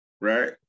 Right